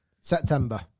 September